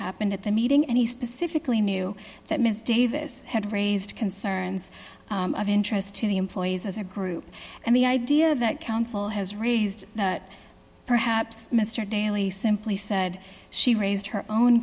happened at the meeting and he specifically knew that ms davis had raised concerns of interest to the employees as a group and the idea that counsel has raised perhaps mr daley simply said she raised her own